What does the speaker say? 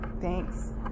Thanks